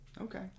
Okay